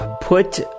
put